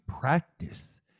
practice